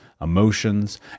emotions